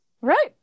right